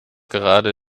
gerade